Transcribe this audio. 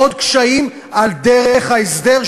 עוד קשיים על דרך ההסדר,